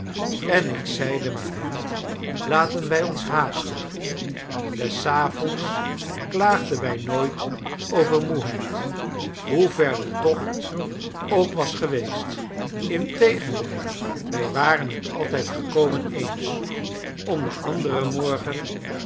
en ik zeide met hem laten wij ons haasten des avonds klaagden wij nooit over moeheid hoe ver de tocht ook was geweest integendeel wij waren het altijd volkomen eens om den anderen morgen